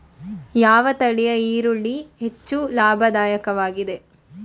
ಯಾವ ತಳಿಯ ಈರುಳ್ಳಿ ಹೆಚ್ಚು ಲಾಭದಾಯಕವಾಗಿದೆ?